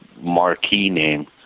marquee-name